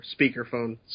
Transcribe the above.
speakerphone